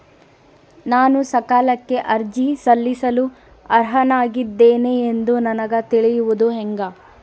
ನಾನು ಸಾಲಕ್ಕೆ ಅರ್ಜಿ ಸಲ್ಲಿಸಲು ಅರ್ಹನಾಗಿದ್ದೇನೆ ಎಂದು ನನಗ ತಿಳಿಯುವುದು ಹೆಂಗ?